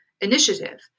initiative